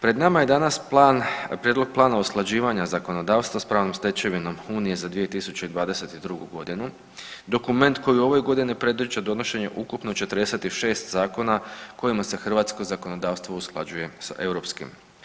Pred nama je danas plan, Prijedlog plana usklađivanja zakonodavstva s pravnom stečevinom unije za 2022. godinu, dokument koji u ove godine predviđa donošenje ukupno 46 zakona kojima se hrvatsko zakonodavstvo usklađuje sa europskim.